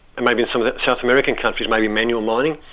and maybe some of the south american countries may be manual mining.